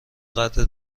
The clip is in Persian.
قدر